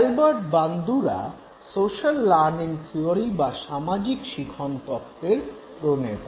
Albert Bandura social learning theory বা সামাজিক শিখন তত্ত্বের প্রণেতা